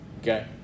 Okay